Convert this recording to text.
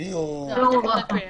לגבי אופן קיום